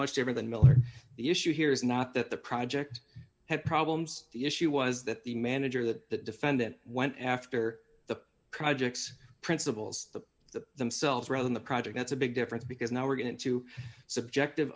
much deeper than miller the issue here is not that the project had problems the issue was that the manager that defendant went after the projects principles of the themselves rather than the project that's a big difference because now we're going into subjective